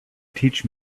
teach